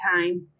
time